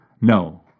No